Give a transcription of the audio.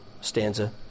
stanza